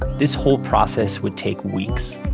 this whole process would take weeks